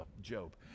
Job